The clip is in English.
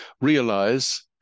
realize